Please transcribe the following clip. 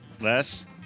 less